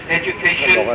education